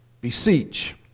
Beseech